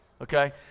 okay